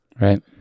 Right